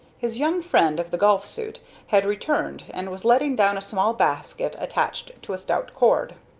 his young friend of the golf suit had returned, and was letting down a small basket attached to a stout cord.